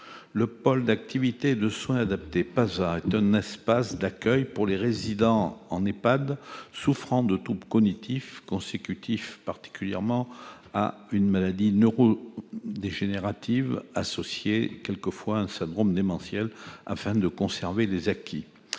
Le pôle d'activités et de soins adaptés, le PASA, est un espace d'accueil pour les résidents en EHPAD souffrant de troubles cognitifs consécutifs notamment à une maladie neurodégénérative, parfois associée à un syndrome démentiel, afin de conserver les acquis.